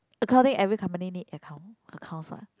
accounting every company need account accounts what